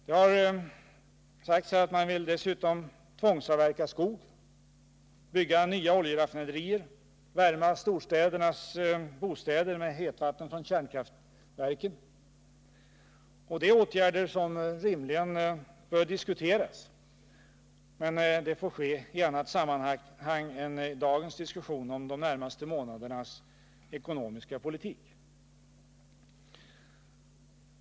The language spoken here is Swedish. De vill dessutom tvångsavverka skog, bygga nya oljeraffinaderier och värma storstädernas bostäder med hetvatten från kärnkraftverken. Det är åtgärder som rimligen bör diskuteras i annat sammanhang än i dagens diskussion om de närmaste månadernas ekonomiska politik.